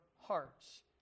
hearts